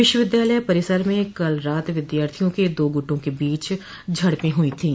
विश्वविद्यालय परिसर में कल रात विद्यार्थियों के दो गुटों के बीच झड़पें हुई थीं